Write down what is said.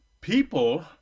people